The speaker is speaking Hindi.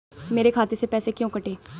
मेरे खाते से पैसे क्यों कटे?